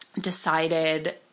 decided